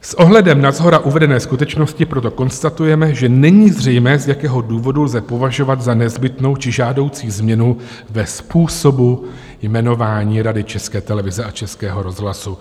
S ohledem na shora uvedené skutečnosti proto konstatujeme, že není zřejmé, z jakého důvodu lze považovat za nezbytnou či žádoucí změnu ve způsobu jmenování Rady České televize a Českého rozhlasu.